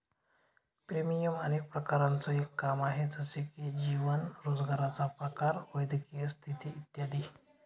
premium अनेक प्रकारांचं एक काम आहे, जसे की जीवन, रोजगाराचा प्रकार, वैद्यकीय स्थिती इत्यादी